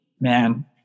man